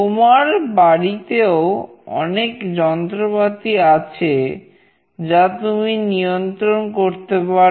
তোমার বাড়িতেও অনেক যন্ত্রপাতি আছে যা তুমি নিয়ন্ত্রণ করতে পারো